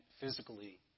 physically